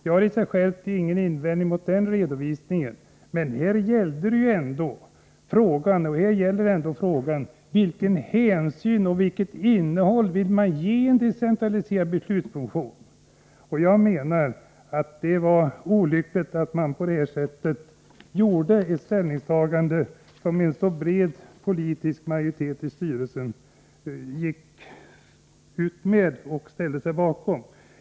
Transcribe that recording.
Jag har ingen invändning mot denna redovisning. Men här gäller det ändå frågan vilket innehåll man vill ge en decentraliserad beslutsfunktion. Det var olyckligt att regeringen på detta sätt gick emot en bred politisk majoritet i länsstyrelsen.